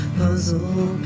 puzzle